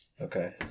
Okay